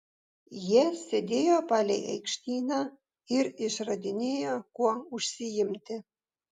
jie sėdėjo palei aikštyną ir išradinėjo kuo užsiimti